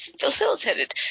facilitated